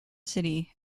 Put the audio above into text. city